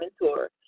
mentor